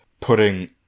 putting